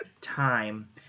time